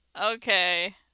Okay